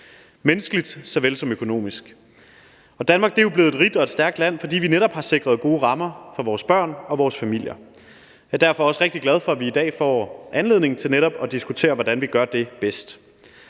menneskeligt såvel som økonomisk. Danmark er blevet et rigt og stærkt land, fordi vi netop har sikret gode rammer for vores børn og vores familier. Jeg er derfor også rigtig glad for, at vi i dag får anledning til netop at diskutere, hvordan vi gør det bedst.